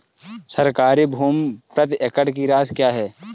सरकारी भूमि प्रति एकड़ की राशि क्या है?